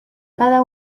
cada